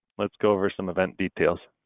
let's go over some event details.